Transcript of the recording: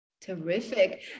Terrific